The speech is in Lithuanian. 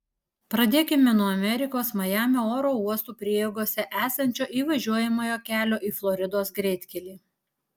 pradėkime nuo amerikos majamio oro uostų prieigose esančio įvažiuojamojo kelio į floridos greitkelį